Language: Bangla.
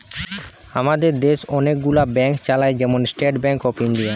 আমাদের দেশ অনেক গুলো ব্যাংক চালায়, যেমন স্টেট ব্যাংক অফ ইন্ডিয়া